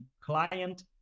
client